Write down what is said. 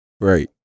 Right